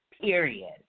period